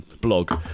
blog